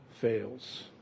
fails